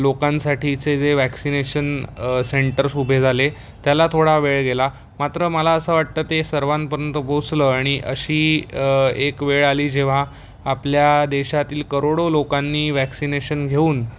लोकांसाठीचे जे vaccination centres उभे झाले त्याला थोडा वेळ गेला मात्र मला असं वाटतं ते सर्वांपर्यंत पोचलं आणि अशी एक वेळ आली जेव्हा आपल्या देशातील करोडो लोकांनी वॅक्सिनेशन घेऊन